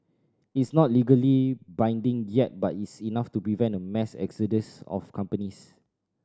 it's not legally binding yet but it's enough to prevent a mass exodus of companies